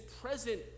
present